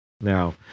Now